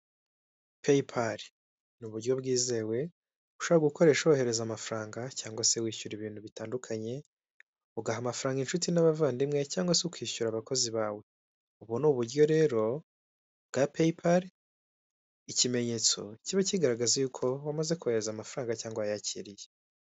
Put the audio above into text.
Payipali n'uburyo bwizewe ushobora gukoresha wohereza amafaranga cyangwa se wishyura ibintu bitandukanye, ugaha amafaranga inshuti n'abavandimwe cyangwa se ukishyura abakozi bawe. Ubu n'uburyo rero bwa payipali ikimenyetso kiba kigaragaza yuko wamaze kohereza amafaranga cyangwa wayakiriye.